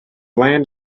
land